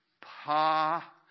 Pa